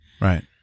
Right